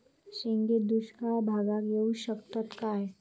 शेंगे दुष्काळ भागाक येऊ शकतत काय?